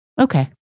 Okay